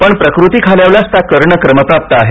पण प्रकृती खालावल्यास त्या करणं क्रमप्राप्त आहे